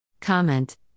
Comment